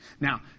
Now